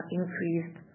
increased